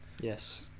Yes